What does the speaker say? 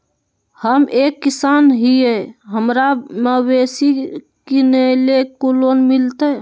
हम एक किसान हिए हमरा मवेसी किनैले लोन मिलतै?